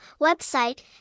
website